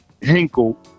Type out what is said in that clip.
Hinkle